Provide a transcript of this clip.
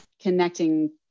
connecting